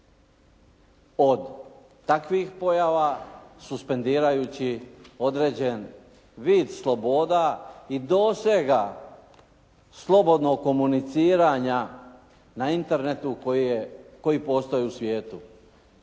pod, takvih pojava suspendirajući određen vid sloboda i dosega slobodnog komuniciranja na Internetu koji postoji u svijetu.